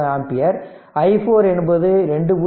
63 ampere i4 என்பது 2